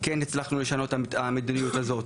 כן הצלחנו לשנות את המדיניות הזאת,